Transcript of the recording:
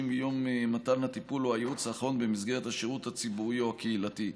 מיום מתן הטיפול או הייעוץ האחרון במסגרת השירות הציבורי או הקהילתי.